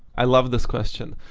i love this question.